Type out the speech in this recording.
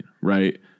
right